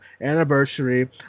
anniversary